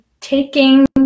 taking